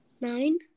Nine